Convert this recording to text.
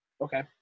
Okay